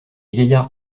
vieillards